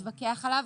להתווכח עליו.